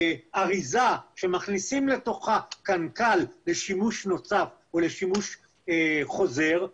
אריזה שמכניסים לתוכה קנקל לשימוש נוסף ולשימוש חוזר,